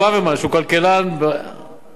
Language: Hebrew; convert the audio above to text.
שהוא כלכלן בין-לאומי,